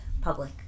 public